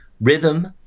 Rhythm